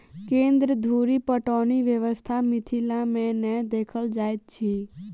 केन्द्र धुरि पटौनी व्यवस्था मिथिला मे नै देखल जाइत अछि